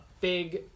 big